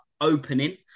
opening